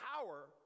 power